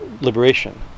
liberation